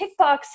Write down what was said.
kickboxing